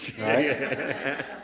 right